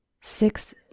six